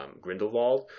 Grindelwald